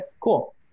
cool